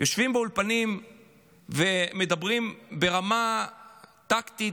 יושבים באולפנים ומדברים ברמה טקטית.